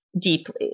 deeply